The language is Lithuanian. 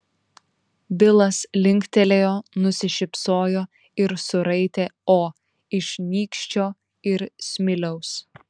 bilas linktelėjo nusišypsojo ir suraitė o iš nykščio ir smiliaus